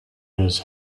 his